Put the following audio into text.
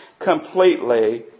completely